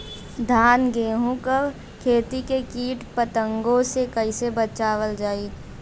धान गेहूँक खेती के कीट पतंगों से कइसे बचावल जाए?